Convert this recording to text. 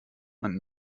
man